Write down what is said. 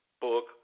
book